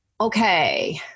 Okay